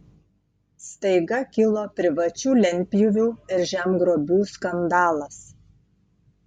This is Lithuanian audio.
staiga kilo privačių lentpjūvių ir žemgrobių skandalas